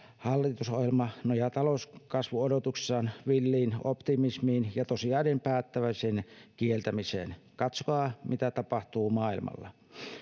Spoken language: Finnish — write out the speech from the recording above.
hallitusohjelma nojaa talouskasvuodotuksissaan villiin optimismiin ja tosiasioiden päättäväiseen kieltämiseen katsokaa mitä tapahtuu maailmalla